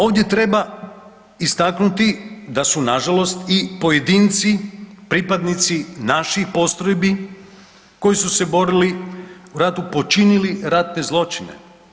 Ovdje treba istaknuti da su nažalost i pojedinci, pripadnici naših postrojbi, koji su se borili u ratu, počinili ratne zločine.